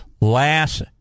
last